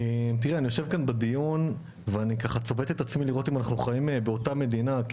אני יושב כאן בדיון וצובט את עצמי לראות אם אנחנו חיים באותה מדינה.